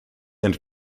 and